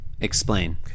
Explain